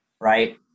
right